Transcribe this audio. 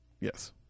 Yes